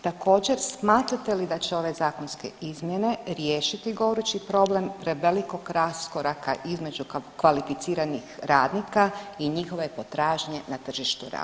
Također, smatrate li da će ove zakonske izmjene riješiti gorući problem prevelikog raskoraka između kvalificiranih radnika i njihove potražnje na tržištu rada jel?